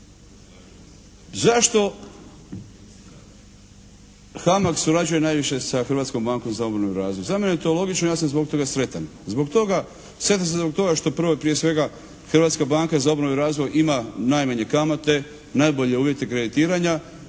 Zašto HAMAG surađuje najviše sa Hrvatskom bankom za obnovu i razvoj? Za mene je to logično i ja sam zbog toga sretan. Sretan sam zbog toga što je prvo prije svega Hrvatska banka za obnovu i razvoj ima najmanje kamate, najbolje uvjete kreditiranja